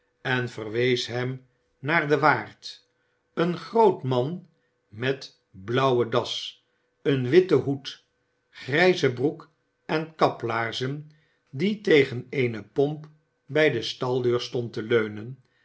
en verwees hem naar den waard een groot man met blauwe das een witten hoed grijze broek en kaplaarzen die tegen eene pomp bij de staldeur stond te leunen